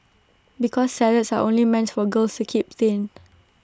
because salads are only meant for girls to keep thin